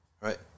right